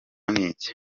n’iki